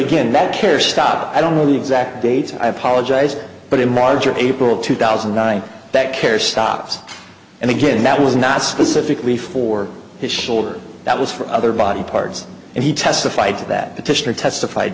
again that care stop i don't know the exact date i apologize but in march or april two thousand and nine that care stopped and again that was not specifically for his shoulder that was for other body parts and he testified to that petitioner testified